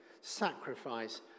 sacrifice